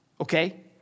Okay